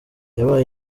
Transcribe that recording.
yaba